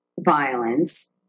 violence